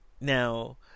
Now